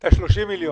זה קרה הרגע.